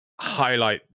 highlight